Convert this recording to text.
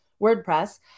WordPress